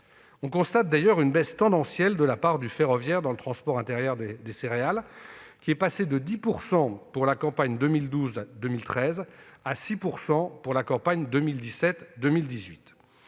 constatons d'ailleurs une baisse tendancielle de la part du transport ferroviaire dans le transport intérieur de céréales, qui est passée de 10 % pour la campagne 2012-2013 à 6 % pour la campagne 2017-2018.